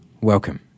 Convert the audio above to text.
welcome